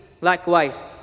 likewise